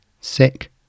sick